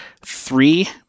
three